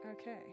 Okay